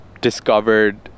discovered